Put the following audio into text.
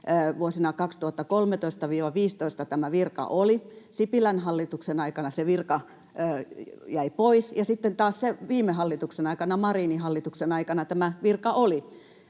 vuosina 2013—2015 tämä virka oli. Sipilän hallituksen aikana se virka jäi pois, ja sitten taas viime hallituksen, Marinin hallituksen, aikana tämä virka oli.